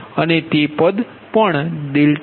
અને તે પદ 3